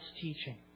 teaching